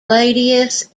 radius